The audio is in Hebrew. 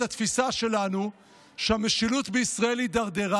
התפיסה שלנו שהמשילות בישראל הידרדרה,